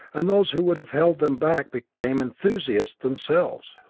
and those who would have held them back became enthusiasts themselves.